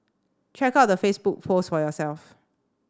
check out the Facebook post for yourself